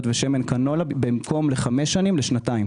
ושמן קנולה לשנתיים במקום לחמש שנים.